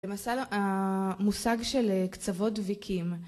למשל, המושג של קצוות ויקים.